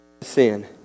sin